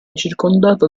circondata